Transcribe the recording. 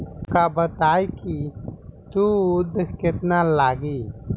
हमका बताई कि सूद केतना लागी?